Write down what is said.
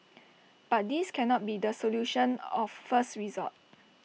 but this cannot be the solution of first resort